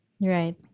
Right